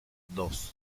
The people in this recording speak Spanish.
dos